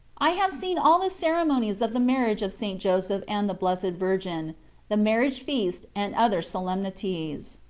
i have seen all the ceremonies of the marriage of st. joseph and the blessed virgin the marriage feast and other solemnities.